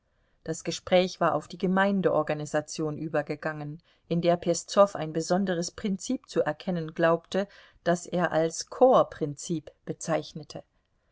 das gespräch war auf die gemeindeorganisation übergegangen in der peszow ein besonderes prinzip zu erkennen glaubte das er als chorprinzip bezeichnete